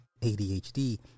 ADHD